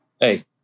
Hey